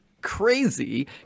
crazy